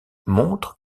montre